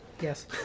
yes